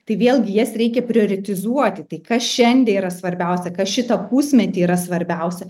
tai vėlgi jas reikia prioretizuoti tai kas šiandie yra svarbiausia kas šitą pusmetį yra svarbiausia